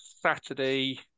Saturday